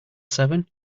seven